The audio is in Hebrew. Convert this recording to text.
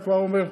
אני כבר אומר.